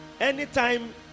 Anytime